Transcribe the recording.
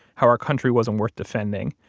how our country wasn't worth defending,